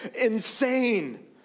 insane